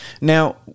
Now